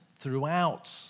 throughout